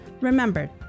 remember